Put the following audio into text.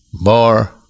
more